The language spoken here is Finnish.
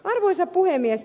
arvoisa puhemies